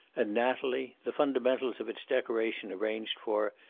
and natalie, the fundamentals of its decoration arranged for,